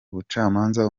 ubucamanza